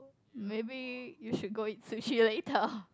maybe you should go eat sushi later